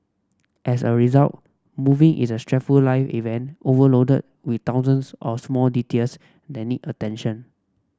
as a result moving is a stressful life event overloaded with thousands of small details that need attention